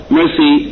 mercy